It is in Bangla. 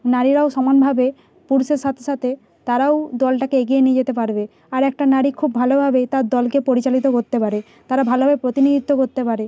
নারীরাও সমানভাবে পুরুষের সাথে সাথে তারাও দলটাকে এগিয়ে নিয়ে যেতে পারবে আর একটা নারী খুব ভালোভাবেই তার দলকে পরিচালিত করতে পারে তারা ভালোভাবে প্রতিনিধিত্ব করতে পারে